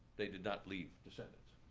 they did not leave descendents.